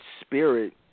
spirit